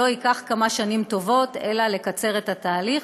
שלא ייקח כמה שנים טובות אלא לקצר את התהליך.